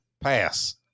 pass